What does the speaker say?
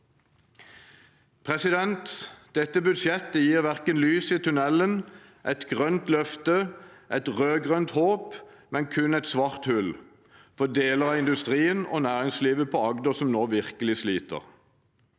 forstå. Dette budsjettet gir verken lys i tunellen, et grønt løfte eller et rød-grønt håp, men kun et svart hull for deler av industrien og næringslivet på Agder, som nå virkelig sliter.